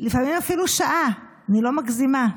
לפעמים אפילו שעה, אני לא מגזימה.